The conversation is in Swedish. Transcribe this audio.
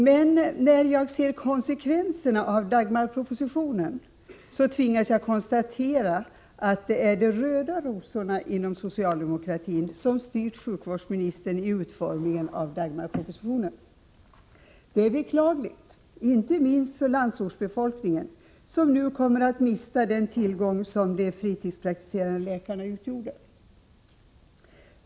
Men när jag ser konsekvenserna av Dagmarpropositionen, tvingas jag konstatera att det är de röda rosorna inom socialdemokratin som styrt sjukvårdsministern i utformningen av Dagmarpropositionen. Det är beklagligt inte minst för landsortsbefolkningen, som nu kommer att mista den tillgång som de fritidspraktiserande läkarna utgjorde.